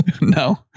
No